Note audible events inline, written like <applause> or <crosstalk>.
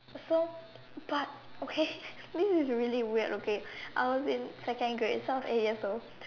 so but okay <laughs> this is really weird okay I was in second grade so I was eight years old